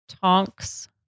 Tonks